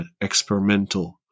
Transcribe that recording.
experimental